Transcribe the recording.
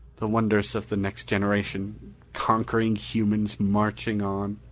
the wonders of the next generation conquering humans marching on.